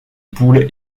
poule